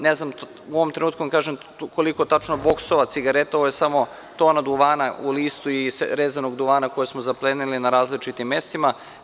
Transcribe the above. Ne znam u ovom trenutku da vam kažem koliko boksova cigareta, ovo je samo tona duvana u listu i rezanog duvana koji smo zaplenili na različitim mestima.